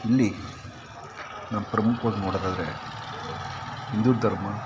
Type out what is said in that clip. ಇಲ್ಲಿ ನಾವು ಪ್ರಮುಖ್ವಾಗಿ ನೋಡೋದಾದರೆ ಹಿಂದೂ ಧರ್ಮ